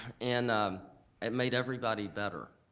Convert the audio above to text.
and um it made everybody better.